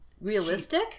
realistic